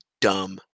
dumb